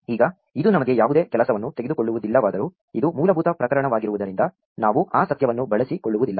ಈಗ ಇದು ನಮಗೆ ಯಾವುದೇ ಕೆಲಸವನ್ನು ತೆಗೆದುಕೊಳ್ಳುವುದಿಲ್ಲವಾದರೂ ಇದು ಮೂಲಭೂತ ಪ್ರಕರಣವಾಗಿರುವುದರಿಂದ ನಾವು ಆ ಸತ್ಯವನ್ನು ಬಳಸಿಕೊಳ್ಳುವುದಿಲ್ಲ